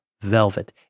Velvet